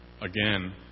again